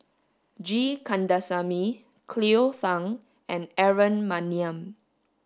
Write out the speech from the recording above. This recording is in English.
G Kandasamy Cleo Thang and Aaron Maniam